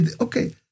okay